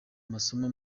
amasomo